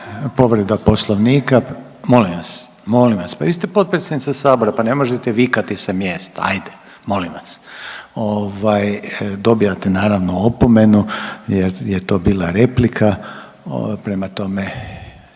povreda Poslovnika, molim vas, molim vas pa vi ste potpredsjednica sabora pa ne možete vikati sa mjesta, ajde molim vas, ovaj dobijate naravno opomenu jer je to bila replika. Prema tome,